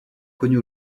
connus